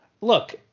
look